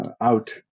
out